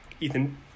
Ethan